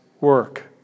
work